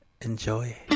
Enjoy